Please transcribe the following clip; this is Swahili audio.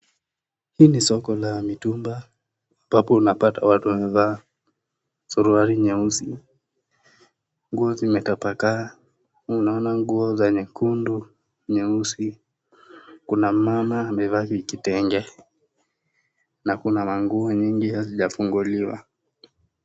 Hii ni soko la mitumba ambapo unapata watu wamevaa suruali nyeusi, nguo zimetapakaa unaona nguo nyekundu, nyeusi, kuna mama amevaa kitenge na kuna manguo nyingi hazijafunguliwa.